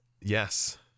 yes